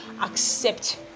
accept